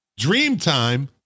Dreamtime